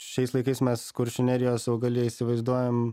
šiais laikais mes kuršių nerijos augaliją įsivaizduojam